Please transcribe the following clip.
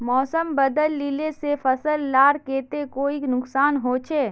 मौसम बदलिले से फसल लार केते कोई नुकसान होचए?